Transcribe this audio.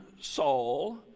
Saul